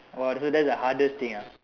!wah! so that's the hardest thing ah